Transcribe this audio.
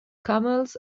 camels